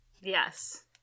Yes